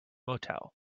motel